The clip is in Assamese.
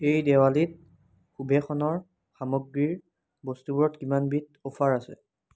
এই দেৱালীত সুবেশনৰ সামগ্ৰীৰ বস্তুবোৰত কিমান বিধ অফাৰ আছে